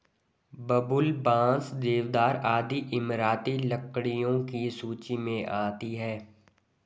बबूल, बांस, देवदार आदि इमारती लकड़ियों की सूची मे आती है